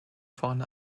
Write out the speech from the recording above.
vorne